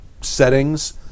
settings